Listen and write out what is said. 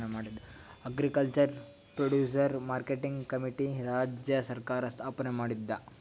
agriculture producer marketing committee ರಾಜ್ಯ ಸರ್ಕಾರ್ ಸ್ಥಾಪನೆ ಮಾಡ್ಯಾದ